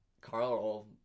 Carl